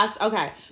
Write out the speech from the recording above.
okay